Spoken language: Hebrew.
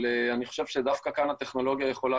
אני חושב שדווקא כאן הטכנולוגיה יכולה